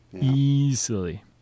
Easily